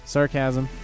Sarcasm